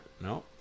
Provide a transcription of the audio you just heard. No